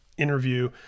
interview